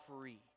free